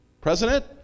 president